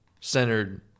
centered